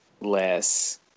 less